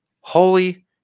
Holy